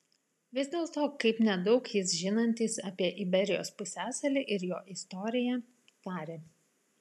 vis dėlto kaip nedaug jis žinantis apie iberijos pusiasalį ir jo istoriją tarė